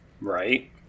Right